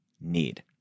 need